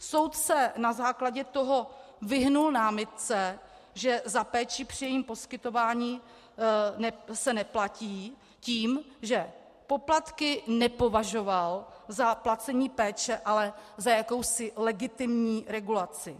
Soud se na základě toho vyhnul námitce, že za péči při jejím poskytování se neplatí, tím, že poplatky nepovažoval za placení péče, ale za jakousi legitimní regulaci.